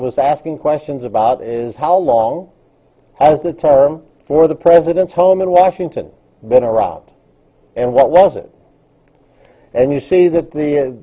was asking questions about is how long has the term for the president's home in washington been around and what was it and you see that the